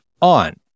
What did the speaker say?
on